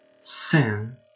sin